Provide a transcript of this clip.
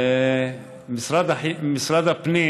למשרד הפנים